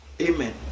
Amen